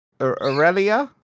Aurelia